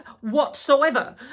whatsoever